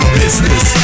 business